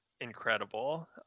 incredible